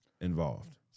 involved